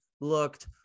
looked